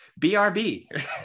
BRB